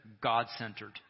God-centered